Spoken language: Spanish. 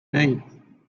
hey